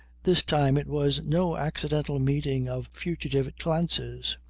this time it was no accidental meeting of fugitive glances.